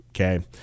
okay